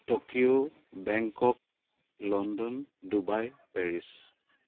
Tokyo Bangkok London Dubai Paris